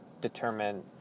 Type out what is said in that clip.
determine